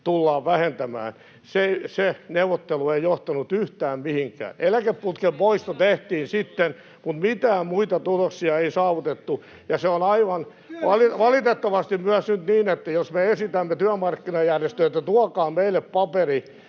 tullaan vähentämään. Se neuvottelu ei johtanut yhtään mihinkään. Eläkeputken poisto tehtiin sitten, mutta mitään muita tuloksia ei saavutettu. [Jussi Saramon välihuuto — Jani Mäkelän välihuuto] Se on valitettavasti myös nyt niin, että jos me esitämme työmarkkinajärjestöille, että tuokaa meille paperi,